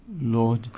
Lord